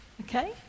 Okay